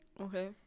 okay